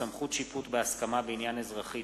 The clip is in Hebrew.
סמכות שיפוט בהסכמה בעניין אזרחי),